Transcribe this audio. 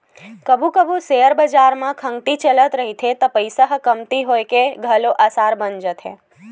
कभू कभू सेयर बजार म खंगती चलत रहिथे त पइसा ह कमती होए के घलो असार बन जाथे